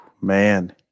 Man